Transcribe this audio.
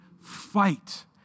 fight